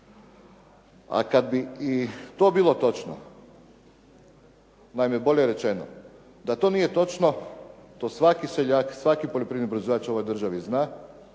a kad bi i to bilo točno. Naime, bolje rečeno da to nije točno to svaki seljak, svaki poljoprivredni proizvođač u ovoj državi zna,